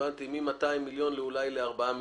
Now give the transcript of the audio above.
כך הבנתי, מ-200 מיליון אולי לארבעה מיליארד.